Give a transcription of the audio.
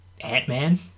Ant-Man